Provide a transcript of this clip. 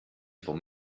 for